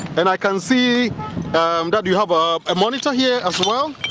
and i can see um that you have um a monitor here as well.